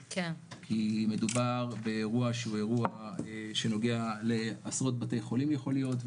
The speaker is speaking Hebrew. כי מדובר באירוע שהוא אירוע שנוגע לעשרות בתי חולים יכול להיות,